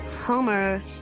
homer